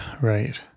right